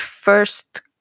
first